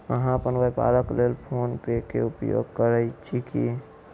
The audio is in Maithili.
अहाँ अपन व्यापारक लेल फ़ोन पे के उपयोग करै छी की?